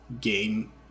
game